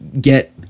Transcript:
get